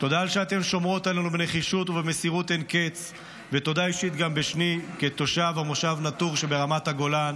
הכלים הפרלמנטריים השונים העומדים לרשותי,